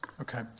Okay